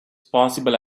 possible